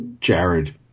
Jared